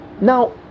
Now